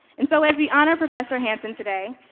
and so as we honor professor hanson today,